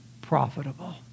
profitable